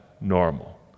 normal